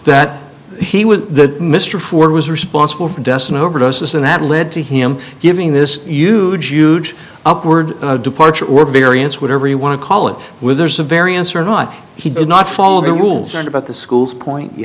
that he was the mr for was responsible for deaths and overdoses and that led to him giving this huge huge upward departure or variance whatever you want to call it with there's a variance or not he did not follow the rules and about the school's point you